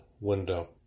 window